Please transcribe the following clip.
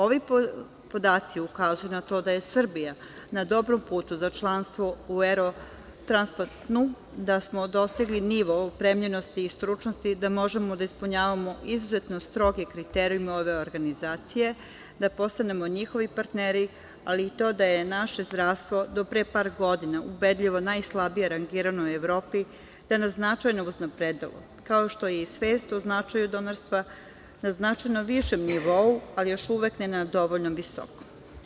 Ovi podaci ukazuju na to da je Srbija na dobrom putu za članstvo u Eurotransplantnu, da smo dostigli nivo opremljenosti i stručnosti i da možemo da ispunjavamo izuzetno stroge kriterijume ove organizacije, da postanemo njihovi partneri, a i to da je naše zdravstvo do pre par godina ubedljivo najslabije rangirano u Evropi, je značajno uznapredovalo, kao što je i svest o značaju donorstva na znatno višem nivou, ali još uvek ne na dovoljno visokom.